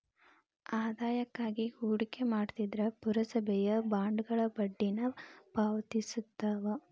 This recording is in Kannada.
ಆದಾಯಕ್ಕಾಗಿ ಹೂಡಿಕೆ ಮಾಡ್ತಿದ್ರ ಪುರಸಭೆಯ ಬಾಂಡ್ಗಳ ಬಡ್ಡಿನ ಪಾವತಿಸ್ತವ